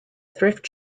thrift